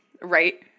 right